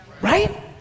right